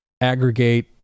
aggregate